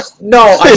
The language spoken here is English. No